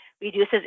reduces